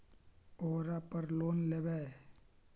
ओरापर लोन लेवै?